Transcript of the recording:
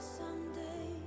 someday